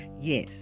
Yes